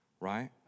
right